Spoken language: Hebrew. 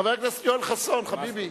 חבר הכנסת יואל חסון, חביבי.